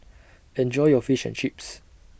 Enjoy your Fish and Chips